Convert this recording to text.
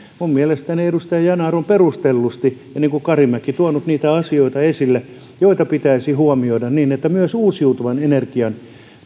mielestäni edustaja yanar on perustellusti niin kuin karimäkikin tuonut niitä asioita esille joita pitäisi huomioida niin että myös uusiutuvan energian